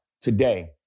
today